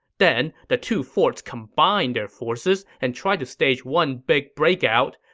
then, the two forts combined their forces and tried to stage one big break out,